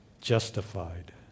Justified